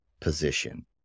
position